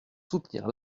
soutenir